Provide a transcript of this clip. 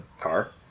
car